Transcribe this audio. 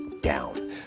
down